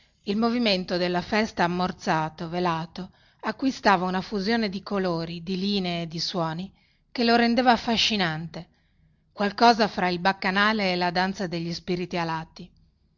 il movimento della festa ammorzato velato acquistava una fusione di colori di linee e di suoni che lo rendeva affascinante qualcosa fra il baccanale e la danza degli spiriti alati